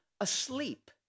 asleep